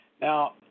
Now